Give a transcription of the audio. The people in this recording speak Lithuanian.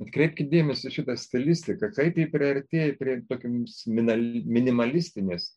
atkreipkit dėmesį į šitą stilistika kaip ji priartėja prie tokioms minim minimalistinės